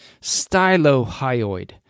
Stylohyoid